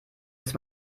ist